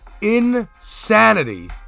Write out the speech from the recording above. insanity